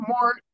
more